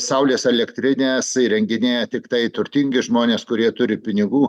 saulės elektrines įrenginėja tiktai turtingi žmonės kurie turi pinigų